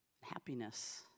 happiness